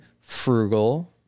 frugal